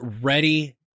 ready